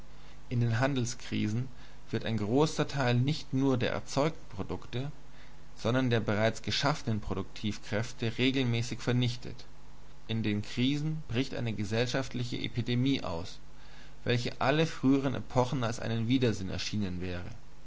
in den handelskrisen wird ein großer teil nicht nur der erzeugten produkte sondern der bereits geschaffenen produktivkräfte regelmäßig vernichtet in den krisen bricht eine gesellschaftliche epidemie aus welche allen früheren epochen als ein widersinn erschienen wäre